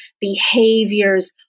behaviors